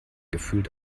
gefühlt